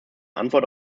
antwort